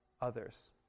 others